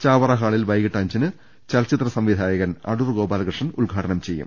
ചാവറ ഹാളിൽ വൈകീട്ട് അഞ്ചിന് ചലച്ചിത്ര സംവിധായകൻ അടൂർ ഗോപാലകൃഷ്ണൻ ഉദ്ഘാ ടനം ചെയ്യും